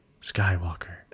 Skywalker